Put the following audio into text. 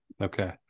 okay